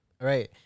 right